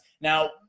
Now